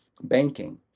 banking